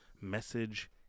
message